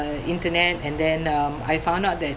uh internet and then um I found out that